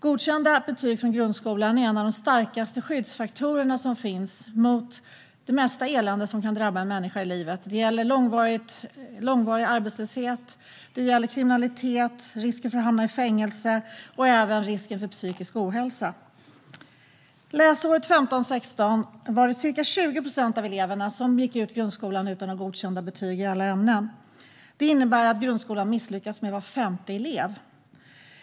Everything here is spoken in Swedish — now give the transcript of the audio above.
Godkända betyg från grundskolan är en av de starkaste skyddsfaktorerna som finns mot det mesta elände som kan drabba en människa i livet. Det gäller långvarig arbetslöshet, kriminalitet, risken att hamna i fängelse och även risken för psykisk ohälsa. Läsåret 2015/16 var det ca 20 procent av eleverna som gick ut grundskolan utan att ha godkända betyg i alla ämnen. Det innebär att grundskolan misslyckas med var femte elev.